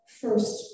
first